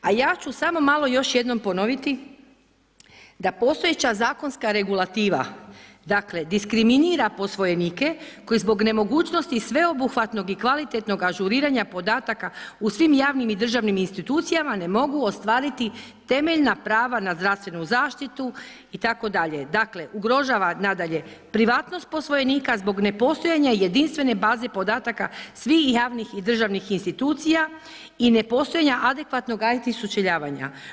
A ja ću samo malo još jednom ponoviti da postojeća zakonska regulativa diskriminira posvojenike koji zbog nemogućnosti sveobuhvatnog i kvalitetnog ažuriranja podataka u svim javnim i državnim institucijama ne mogu ostvariti temeljna prava na zdravstvenu zaštitu itd., dakle ugrožava nadalje privatnost posvojenika zbog nepostojanja jedinstvene baze podataka svih javnih i državnih institucija i ne postojanja adekvatnog IT sučeljavanja.